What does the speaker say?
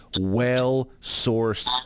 well-sourced